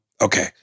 Okay